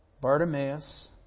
Bartimaeus